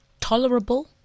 tolerable